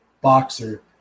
boxer